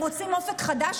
הם רוצים אופק חדש?